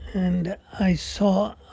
and i saw